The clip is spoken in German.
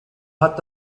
hat